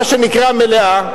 מה שנקרא מלאה,